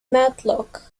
matlock